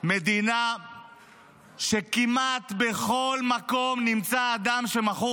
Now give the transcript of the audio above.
מדינה שכמעט בכל מקום נמצא אדם שמכור